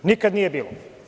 To nikada nije bilo.